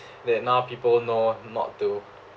that now people know not to